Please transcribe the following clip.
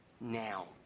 now